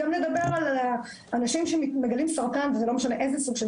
גם לדבר על אנשים שמגלים סרטן ולא משנה איזה סוג של